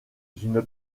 une